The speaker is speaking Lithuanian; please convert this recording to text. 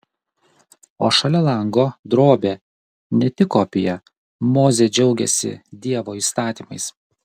o šalia lango drobė ne tik kopija mozė džiaugiasi dievo įstatymais